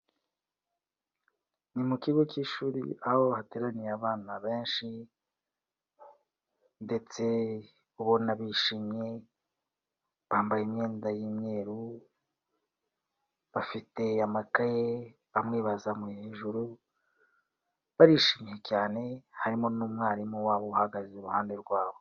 Ni mu kigo cy'ishuri aho hateraniye abana benshi ndetse ubona bishimye, bambaye imyenda y'imyeru, bafite amakaye bamwe bayazamuye hejuru, barishimye cyane harimo n'umwarimu wabo uhagaze iruhande rwabo.